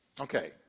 Okay